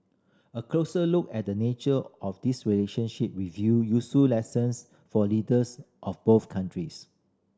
a closer look at the nature of this relationship reveal useful lessons for leaders of both countries